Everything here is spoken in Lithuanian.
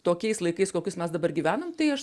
tokiais laikais kokius mes dabar gyvenam tai aš